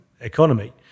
economy